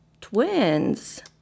twins